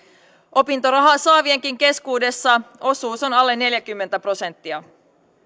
opintorahaa saavienkin keskuudessa osuus on alle neljäkymmentä prosenttia